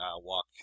walk